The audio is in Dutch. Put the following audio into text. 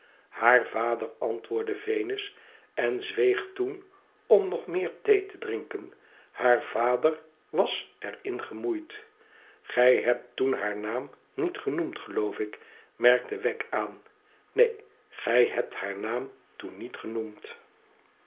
haar vader antwoordde venus en zweeg toen om nog meer thee te drinken thaar vader was er in gemoeid gij hebt toen haar naam niet genoemd geloof ik merkte wegg aan neen gij hebt haar naam toen niet genoemd